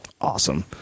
awesome